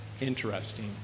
Interesting